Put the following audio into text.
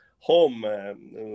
home